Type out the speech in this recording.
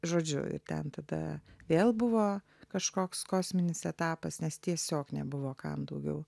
žodžiu ten tada vėl buvo kažkoks kosminis etapas nes tiesiog nebuvo kam daugiau